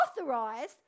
authorized